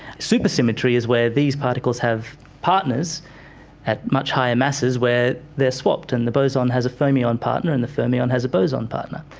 supersymmetry is where these particles have partners at much higher masses where they are swapped, and the boson has fermion partner and the fermion has a boson partner,